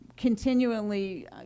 continually